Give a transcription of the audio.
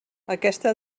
aquesta